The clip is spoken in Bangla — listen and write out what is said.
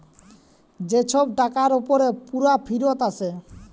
যে ছব টাকার উপরে পুরা ফিরত আসে